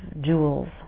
jewels